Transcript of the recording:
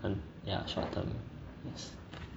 and ya short term yes